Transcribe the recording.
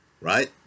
right